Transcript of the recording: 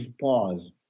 pause